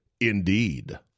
Indeed